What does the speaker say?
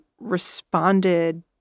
responded